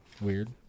weird